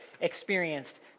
experienced